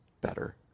better